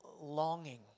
longing